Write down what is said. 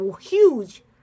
huge